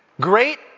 great